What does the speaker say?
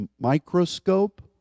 microscope